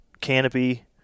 canopy